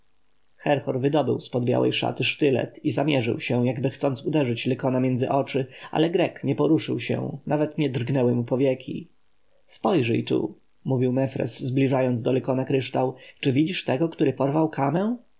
herhor wydobył z pod białej szaty sztylet i zamierzył się jakby chcąc uderzyć lykona między oczy ale grek nie poruszył się nawet nie drgnęły mu powieki spojrzyj tu mówił mefres zbliżając do lykona kryształ czy widzisz tego który porwał kamę